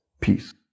Peace